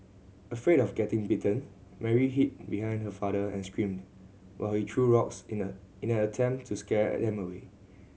afraid of getting bitten Mary hid behind her father and screamed while he threw rocks in an in an attempt to scare them away